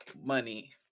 money